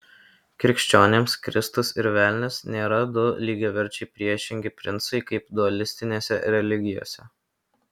krikščionims kristus ir velnias nėra du lygiaverčiai priešingi princai kaip dualistinėse religijose